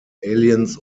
aliens